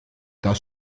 das